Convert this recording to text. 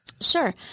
Sure